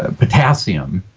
ah potassium,